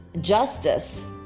Justice